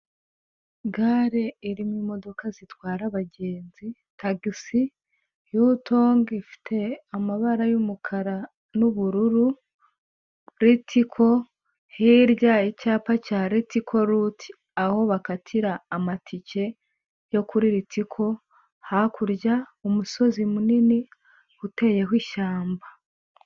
Gare irimo imodoka zitwara abagenzi, tagisi, yutongo ifite amabara y'umukara n'ubururu, Ritico, hirya hari icyapa cya Ritico ruti aho bakatira amatike yo kuri Ritico, hakurya umusozi munini uteyeho ishyamba.